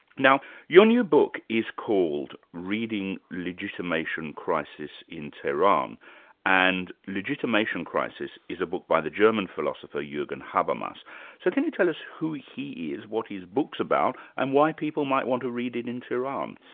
now your new book is called reading legitimation crisis in tehran and legitimation crisis is a book by the german philosopher, jurgen habermas so can you tell us who he is, what his book's about, and why people might want to read it in tehran.